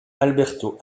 alberto